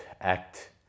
act